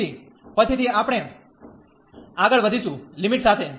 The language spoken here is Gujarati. તેથી પછીથી આપણે આગળ વધીશું લિમિટ સાથે